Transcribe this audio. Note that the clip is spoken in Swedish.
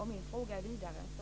Min fråga är vidare än så.